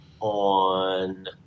on